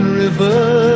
river